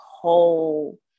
whole